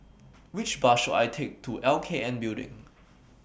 Which Bus should I Take to L K N Building